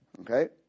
Okay